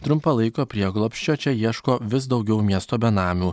trumpalaikio prieglobsčio čia ieško vis daugiau miesto benamių